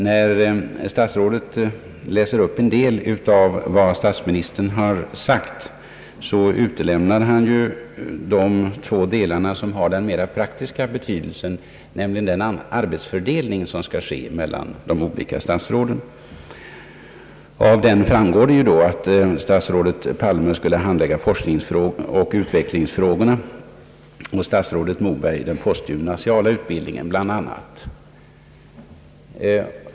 När statsrådet läste upp en del av vad statsministern har sagt utelämnade han de två delar som har den mera praktiska betydelsen, nämligen om den arbetsfördelning som skall ske mellan de olika statsråden. Därav framgår det ju att statsrådet Palme skulle handlägga forskningsoch utvecklingsfrågorna och statsrådet Moberg bl.a. den postgymnasiala utbildningen.